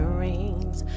rings